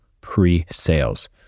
pre-sales